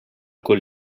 kull